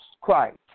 Christ